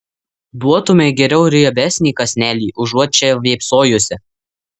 duotumei geriau riebesnį kąsnelį užuot čia vėpsojusi